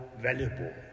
valuable